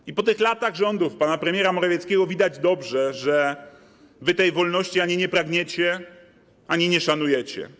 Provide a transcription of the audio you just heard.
I po tych latach rządów pana premiera Morawieckiego widać dobrze, że wy tej wolności ani nie pragniecie, ani nie szanujecie.